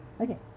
Okay